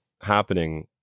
happening